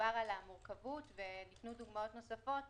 דובר על המורכבות וניתנו דוגמאות נוספות